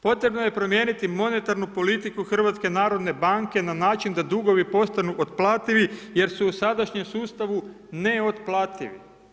Potrebno je promijeniti monetarnu politiku HNB na način da dugovi postanu otplativi jer su u sadašnjem sustavi neotplativi.